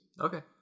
Okay